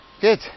Good